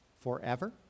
forever